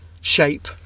shape